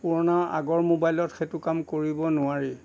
পুৰণা আগৰ মোবাইলত সেইটো কাম কৰিব নোৱাৰি